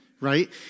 Right